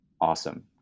awesome